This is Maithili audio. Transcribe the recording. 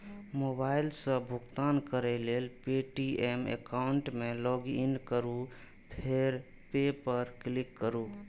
मोबाइल सं भुगतान करै लेल पे.टी.एम एकाउंट मे लॉगइन करू फेर पे पर क्लिक करू